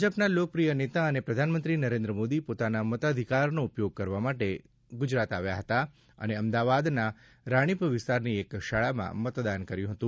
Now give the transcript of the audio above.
ભાજપમાં લોકપ્રિય નેતા અને પ્રધાનમંત્રી નરેન્દ્ર મોદી પોતાના મતાધિકારનો ઉપયોગ કરવા માટે ગુજરાત આવ્યા હતા અને અમદાવાદના રાણીપ વિસ્તારની એક શાળામાં મતદાન કર્યું હતું